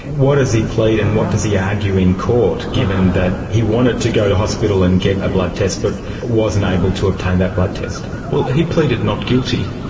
what does he plead and what does he argue in court, given that he wanted to go to hospital and get a blood test but wasn't able to obtain that blood test? well, he pleaded not guilty.